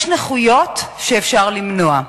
יש נכויות שאפשר למנוע,